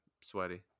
sweaty